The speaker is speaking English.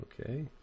Okay